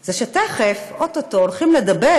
זה שתכף, או-טו-טו, הולכים לדבר